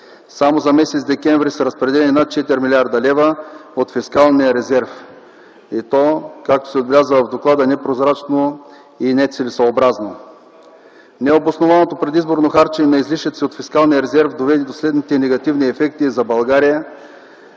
Само за м. декември са разпределени над 4 млрд. лв. от фискалния резерв и то, както се отбелязва в доклада, непрозрачно и нецелесъобразно. Необоснованото предизборно харчене на излишъци от фискалния резерв доведе до следните негативни ефекти за България,